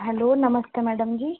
hello नमस्ते madam जी